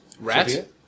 Rat